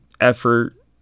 effort